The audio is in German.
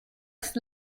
ist